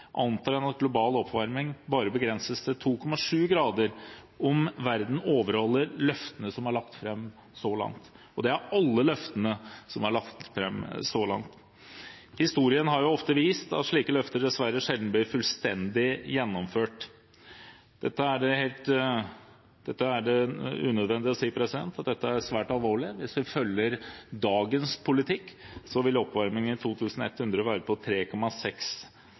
antar en at global oppvarming bare begrenses til 2,7 grader om verden overholder løftene som er lagt fram så langt – og det er alle løftene som er lagt fram så langt. Historien har jo ofte vist at slike løfter dessverre sjelden blir fullstendig gjennomført. Det er unødvendig å si at dette er svært alvorlig. Hvis vi følger dagens politikk, vil oppvarmingen i år 2100 være på 3,6